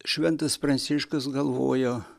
šventas pranciškus galvojo